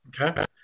Okay